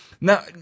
now